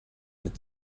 mit